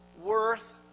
worth